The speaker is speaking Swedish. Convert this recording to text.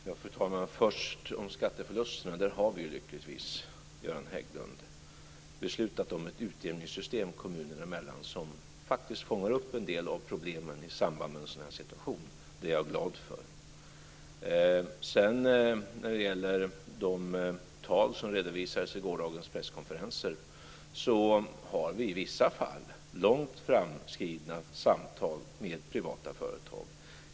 Fru talman! Låt mig först säga något om skatteförlusterna. Där har vi lyckligtvis, Göran Hägglund, beslutat om ett utjämningssystem kommunerna emellan som faktiskt fångar upp en del av problemen i samband med en sådan här situation. Det är jag glad för. När det gäller de tal som redovisades i gårdagens presskonferenser har vi i vissa fall långt framskridna samtal med privata företag.